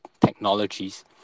technologies